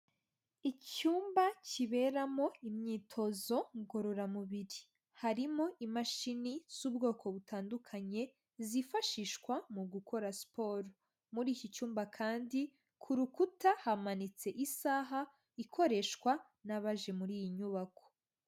Icyumba kiberamo imyitozo ngororamubiri, harimo imashini z'ubwoko butandukanye zifashishwa mu gukora siporo, muri iki cyumba kandi ku rukuta hamanitse isaha ikoreshwa n'abaje muri iyi nyubako.